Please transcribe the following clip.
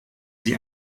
sie